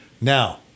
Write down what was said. Now